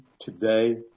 today